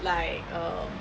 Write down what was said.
like err